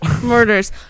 Murders